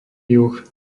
juh